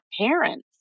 parents